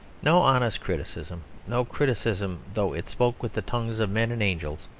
no honest criticism, no criticism, though it spoke with the tongues of men and angels,